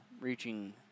reaching